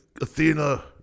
Athena